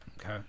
okay